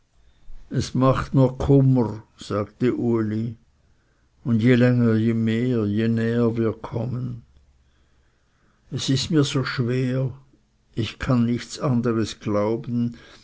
es macht mir kummer sagte uli und je länger je mehr je näher wir kommen es ist mir so schwer ich kann nichts anderes glauben